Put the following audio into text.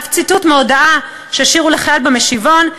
ואף ציטוט מהודעה ששינו לחייל במשיבון: